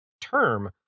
term